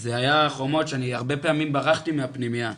זה היה חומות שאני הרבה פעמים ברחתי מהפנימייה,